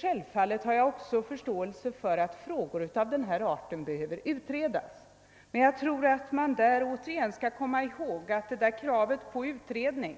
Självfallet har jag också förståelse för att frågor av denna art behöver utredas, men då skall vi åter komma ihåg att kravet på utredning